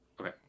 Okay